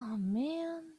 man